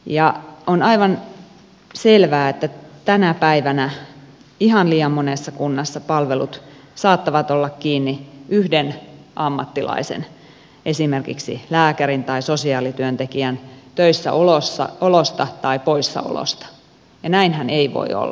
on aivan selvää että tänä päivänä ihan liian monessa kunnassa palvelut saattavat olla kiinni yhden ammattilaisen esimerkiksi lääkärin tai sosiaalityöntekijän töissäolosta tai poissaolosta ja näinhän ei voi olla